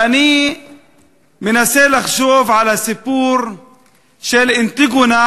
ואני מנסה לחשוב על הסיפור של אנטיגונה,